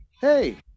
Hey